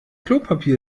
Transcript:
klopapier